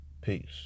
Peace